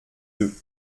deux